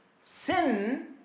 sin